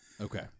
Okay